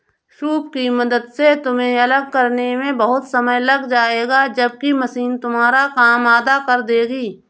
soup की मदद से तुम्हें अलग करने में बहुत समय लग जाएगा जबकि मशीन तुम्हारा काम आधा कर देगी